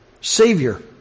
Savior